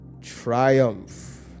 triumph